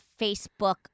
facebook